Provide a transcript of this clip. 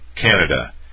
Canada